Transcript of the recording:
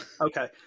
okay